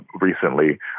recently